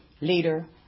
leader